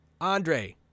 Andre